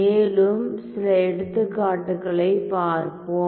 மேலும் சில எடுத்துக்காட்டுகளைப் பார்ப்போம்